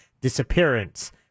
disappearance